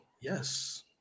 Yes